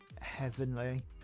heavenly